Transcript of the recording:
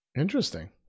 Interesting